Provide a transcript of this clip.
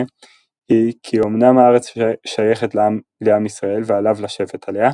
היא כי אמנם הארץ שייכת לעם ישראל ועליו לשבת עליה,